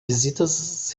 visitas